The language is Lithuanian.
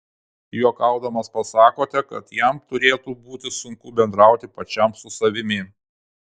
juokaudamas pasakote kad jam turėtų būti sunku bendrauti pačiam su savimi